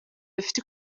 bifite